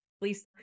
please